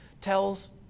tells